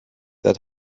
that